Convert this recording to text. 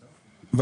דקה.